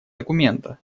документа